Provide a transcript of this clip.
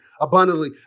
abundantly